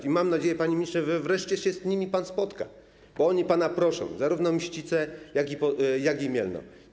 I mam nadzieję, panie ministrze, że wreszcie się z nimi pan spotka, bo oni pana proszą, zarówno Mścice, jak i Mielno.